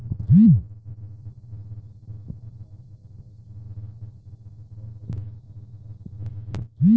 भईया तनि देखती की हमरे खाता मे अगस्त महीना में क पैसा आईल बा की ना?